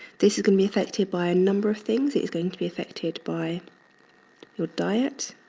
this is gonna be affected by a number of things. it is going to be affected by your diet,